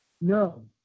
no